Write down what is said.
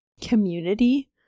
community